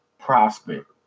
prospect